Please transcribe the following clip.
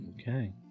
Okay